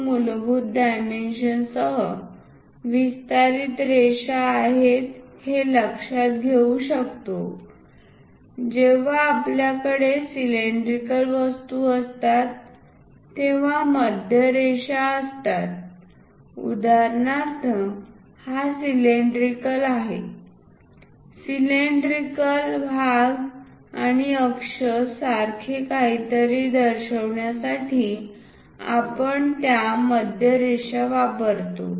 2 मूलभूत डायमेन्शनसह विस्तारित रेषा आहेत हे लक्षात घेऊ शकतो जेव्हा आपल्याकडे सिलेंड्रिकल वस्तू असतात तेव्हा मध्य रेष असतात उदाहरणार्थ हा सिलेंड्रिकल आहे सिलेंड्रिकल भाग आणि अक्ष सारखे काहीतरी दर्शवण्यासाठी आपण त्या मध्य रेषा वापरतो